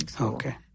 Okay